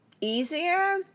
easier